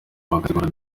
bagategura